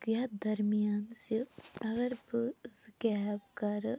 یَتھ درمیان زِ اگر بہٕ زٕ کیب کَرٕ